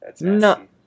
No